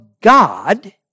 God